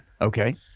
Okay